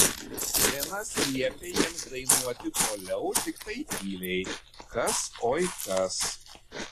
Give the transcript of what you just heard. linas liepė jiems dainuoti toliau tiktai tyliai kas oi kas